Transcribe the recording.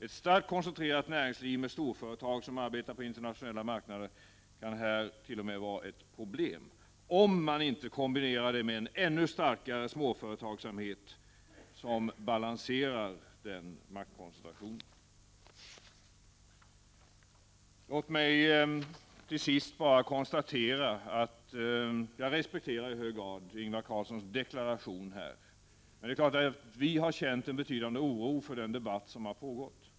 Ett starkt koncentrerat näringsliv med storföretag som arbetar på internationella marknader kan i detta sammanhang t.o.m. utgöra ett problem om det inte kombineras med en ännu starkare småföretagsamhet som balanserar denna maktkoncentration. Låt mig därefter bara konstatera att jag i hög grad respekterar den deklaration som Ingvar Carlsson gjorde. Men det är klart att vi i centern har känt en betydande oro för den debatt som har pågått.